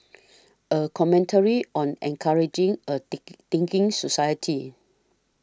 a commentary on encouraging a thinking society